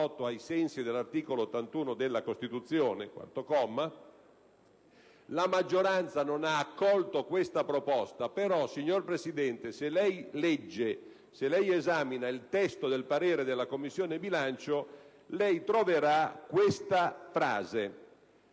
La maggioranza non ha accolto tale proposta, signor Presidente, ma se lei esamina il testo del parere della Commissione bilancio troverà questa frase: